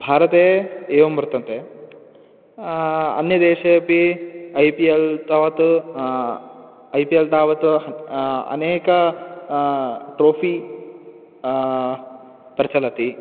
भारते एवं वर्तन्ते अन्यदेशे अपि ऐ पि एल् तावत् ऐ पि एल् तावत् अनेकं ट्रोफ़ि प्रचलति